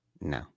No